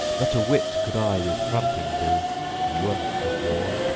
not a whit could i with hrunting do in work of war,